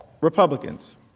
Republicans